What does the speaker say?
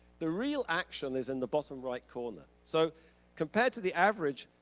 the real action is in the bottom right corner, so compared to the average,